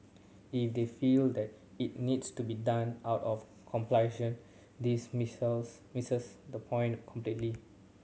if they feel that it needs to be done out of compulsion this misses the point completely